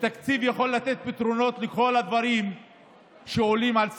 שתקציב יכול לתת פתרונות לכל הדברים שעולים על סדר-היום,